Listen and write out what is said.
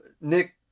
Nick